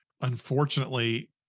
unfortunately